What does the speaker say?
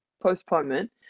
postponement